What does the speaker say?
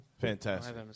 Fantastic